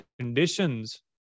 conditions